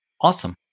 Awesome